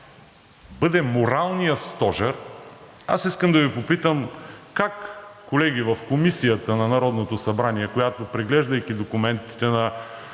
бъде моралният стожер, аз искам да Ви попитам: как, колеги, в Комисията на Народното събрание, която преглеждайки документите на